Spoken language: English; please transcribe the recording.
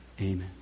Amen